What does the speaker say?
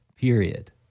period